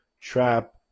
trap